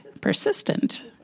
persistent